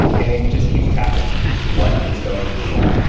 and it just keeps track of what is going to what.